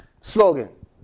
slogan